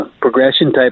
progression-type